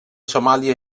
somàlia